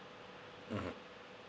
mmhmm